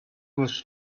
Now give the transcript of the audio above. was